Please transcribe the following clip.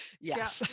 yes